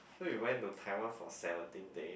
so you went to Taiwan for seventeen day